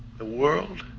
the world